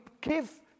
give